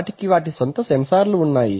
వాటికి వాటి సొంత సెన్సార్లు ఉన్నాయి